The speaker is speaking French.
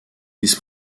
vice